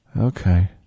Okay